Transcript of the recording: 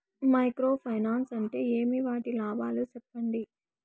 Micro finance అంటే ఏమి? వాటి లాభాలు సెప్పండి?